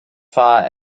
far